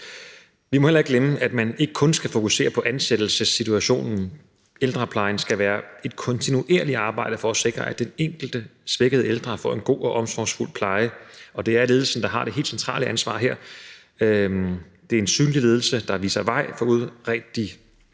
Vi må heller ikke glemme, at man ikke kun skal fokusere på ansættelsessituationen. Ældreplejen skal være et kontinuerligt arbejde for at sikre, at den enkelte svækkede ældre får en god og omsorgsfuld pleje, og det er ledelsen, der har det helt centrale ansvar her. Det er en synlig ledelse, der viser vej, får udbredt de